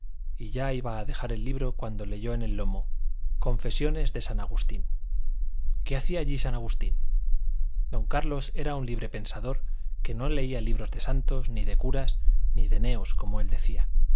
y ya iba a dejar el libro cuando leyó en el lomo confesiones de san agustín qué hacía allí san agustín don carlos era un libre-pensador que no leía libros de santos ni de curas ni de neos como él decía